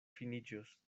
finiĝos